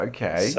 Okay